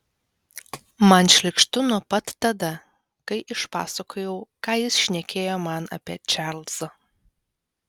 man šlykštu nuo pat tada kai išpasakojau ką jis šnekėjo man apie čarlzą